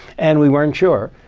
and we weren't sure.